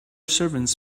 servants